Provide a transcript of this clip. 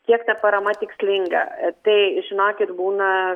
kiek ta parama tikslinga tai žinokit būna